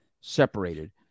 separated